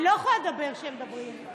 אני לא יכולה לדבר כשהם מדברים.